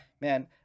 man